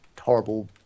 horrible